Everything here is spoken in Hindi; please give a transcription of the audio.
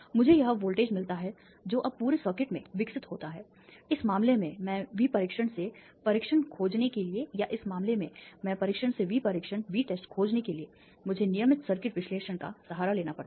मुझे वह वोल्टेज मिलता है जो अब पूरे सर्किट में विकसित होता है इस मामले में मैं वी परीक्षण से परीक्षण खोजने के लिए या इस मामले में मैं परीक्षण से वी परीक्षण Vtest खोजने के लिए मुझे नियमित सर्किट विश्लेषण का सहारा लेना पड़ता है